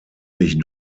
sich